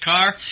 car